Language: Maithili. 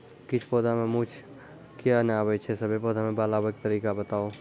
किछ पौधा मे मूँछ किये नै आबै छै, सभे पौधा मे बाल आबे तरीका बताऊ?